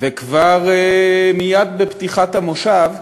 וכבר מייד בפתיחת המושב,